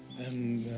and